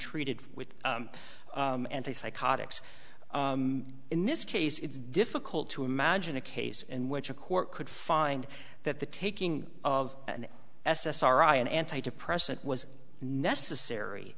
treated with anti psychotics in this case it's difficult to imagine a case in which a court could find that the taking of an s s r i an antidepressant was necessary